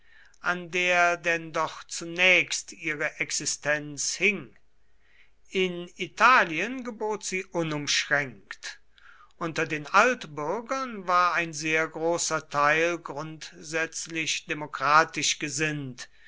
an der denn doch zunächst ihre existenz hing in italien gebot sie unumschränkt unter den altbürgern war ein sehr großer teil grundsätzlich demokratisch gesinnt